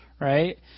right